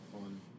fun